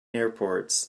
airports